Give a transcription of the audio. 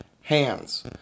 hands